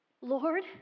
Lord